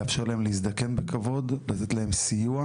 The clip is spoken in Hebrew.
לאפשר להם להזדקן בכבוד, לתת להם סיוע